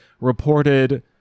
reported